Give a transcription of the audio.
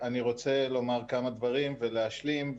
אני רוצה לומר כמה דברים ולהשלים.